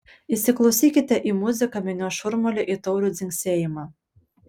įsiklausykite į muziką minios šurmulį į taurių dzingsėjimą